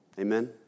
Amen